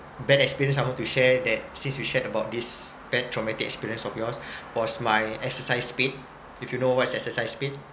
bad experience I want to share that since we shared about this bad traumatic experience of yours was my exercise spade if you know what's exercise spade